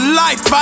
life